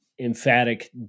emphatic